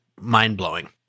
mind-blowing